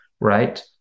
right